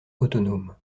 autonome